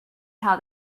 how